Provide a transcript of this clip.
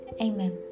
Amen